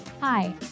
Hi